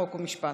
חוק ומשפט.